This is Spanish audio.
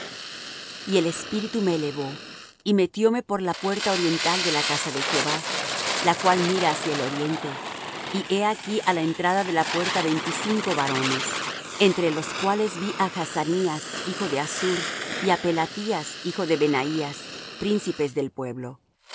y el espíritu me elevó y metióme por la puerta oriental de la casa de jehová la cual mira hacia el oriente y he aquí á la entrada de la puerta veinticinco varones entre los cuales vi á jaazanías hijo de azur y á pelatías hijo de benaías príncipes del pueblo y